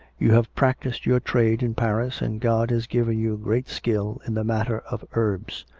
you have practised your trade in paris, and god has given you great skill in the matter of herbs.